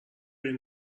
این